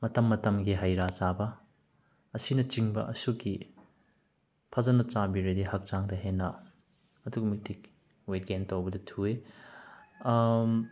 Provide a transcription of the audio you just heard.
ꯃꯇꯝ ꯃꯇꯝꯒꯤ ꯍꯩ ꯔꯥ ꯆꯥꯕ ꯑꯁꯤꯅꯆꯤꯡꯕ ꯑꯁꯨꯛꯀꯤ ꯐꯖꯅ ꯆꯥꯕꯤꯔꯗꯤ ꯍꯛꯆꯥꯡꯗ ꯍꯦꯟꯅ ꯑꯗꯨꯛꯀꯤ ꯃꯇꯤꯛ ꯋꯦꯠ ꯒꯦꯟ ꯇꯧꯕꯗꯤ ꯊꯨꯏ